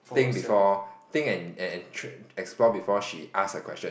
think before think and and tr~ explore before she ask a question